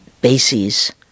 bases